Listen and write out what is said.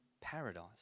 paradise